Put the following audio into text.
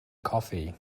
coffee